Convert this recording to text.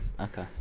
okay